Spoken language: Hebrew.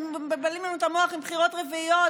מבלבלים לנו את המוח עם בחירות רביעיות,